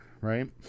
Right